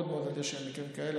מאוד מאוד נדיר שיש מקרים כאלה